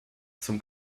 zum